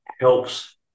helps